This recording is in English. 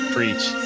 Preach